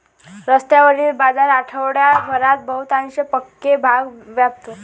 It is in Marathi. रस्त्यावरील बाजार आठवडाभरात बहुतांश पक्के भाग व्यापतो